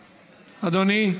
אדוני.